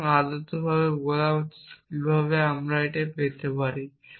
সুতরাং আদর্শভাবে আমার বলা উচিত কিভাবে আমি এটি পেতে পারি